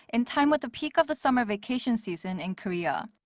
in time with the peak of the summer vacation season in korea.